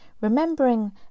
Remembering